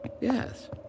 Yes